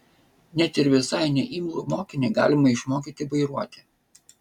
net ir visai neimlų mokinį galima išmokyti vairuoti